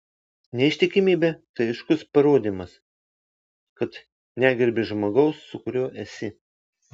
neištikimybė tai aiškus parodymas kad negerbi žmogaus su kuriuo esi